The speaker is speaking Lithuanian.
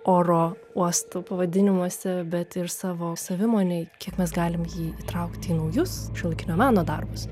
oro uostų pavadinimuose bet ir savo savimonėj kiek mes galim jį įtraukti į naujus šiuolaikinio meno darbus